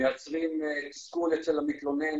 מייצרים תסכול אצל המתלונן